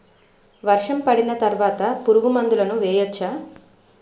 వర్షం పడిన తర్వాత పురుగు మందులను వేయచ్చా?